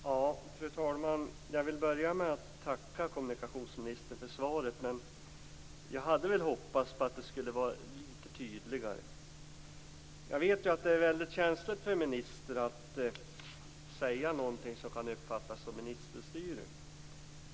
Fru talman! Jag vill börja med att tacka kommunikationsministern för svaret. Jag hade väl hoppats på att det skulle vara litet tydligare. Jag vet att det är känsligt för en minister att säga något som kan uppfattas som ministerstyre.